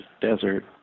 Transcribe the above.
desert